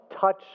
touch